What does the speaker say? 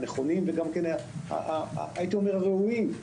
הנכונים והראויים,